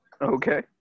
Okay